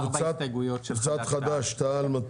ארבע הסתייגויות של חד"ש-תע"ל.